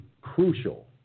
crucial